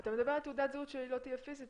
אתה מדבר על תעודת זהות שלא תהיה פיזית